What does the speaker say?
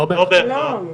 לא בהכרח.